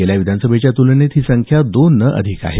गेल्या विधानसभेच्या तुलनेत ही संख्या दोनने अधिक आहे